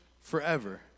forever